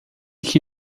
que